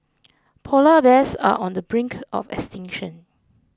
Polar Bears are on the brink of extinction